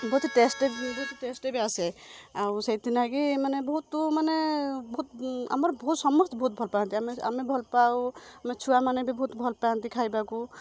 ବହୁତ ଟେଷ୍ଟ ବହୁତ ଟେଷ୍ଟ ବି ଆସେ ଆଉ ସେଇଥି ନାଗି ମାନେ ବହୁତ ମାନେ ବହୁତ ଆମର ଭଉ ସମସ୍ତେ ବହୁତ ଭଲ ପାଆନ୍ତି ଆମେ ଆମେ ଭଲ ପାଉ ଆମ ଛୁଆମାନେ ବି ବହୁତ ଭଲ ପାଆନ୍ତି ଖାଇବାକୁ